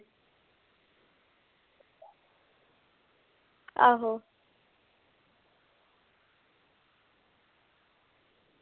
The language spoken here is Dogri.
आहो